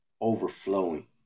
overflowing